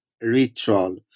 ritual